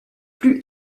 plus